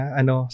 ano